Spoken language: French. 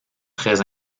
très